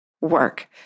work